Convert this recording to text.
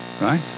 Right